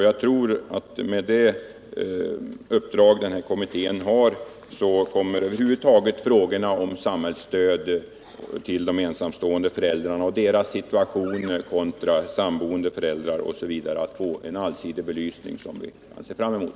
Jag tror att med det uppdrag som kommittén har kommer över huvud taget frågorna om samhällets stöd till de ensamstående föräldrarna och deras situation kontra samboende föräldrars att få den allsidiga belysning som vi ser fram emot.